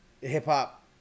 hip-hop